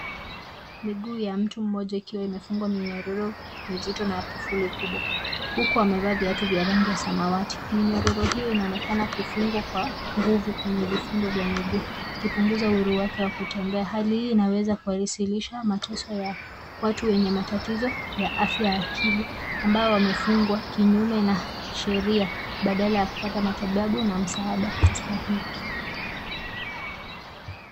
Miguu ya mtu mmoja ikiwa imefungwa minyororo mizito na ya kifuli kubwa, huku amevaa viatu vya rangi ya samawati. Minyororo hiyo inaonekana kufungwa kwa nguvu kwenye vifundo vya miguu, ikipunguza uhuru wake wa kutembea. Hali hii inaweza kuwasilisha mateso ya watu wenye matatizo ya afya ya akili, ambao wamefungwa kinyume na sheria badala ya kupata matibabu na msaada mstahiki.